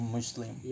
Muslim